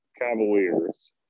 Cavaliers